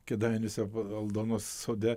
kėdainiuose aldonos sode